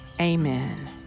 Amen